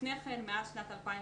לפני כן, מאז שנת 2004,